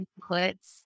inputs